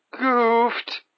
goofed